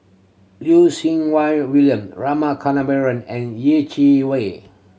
Wai William Rama Kannabiran and Yeh Chi Wei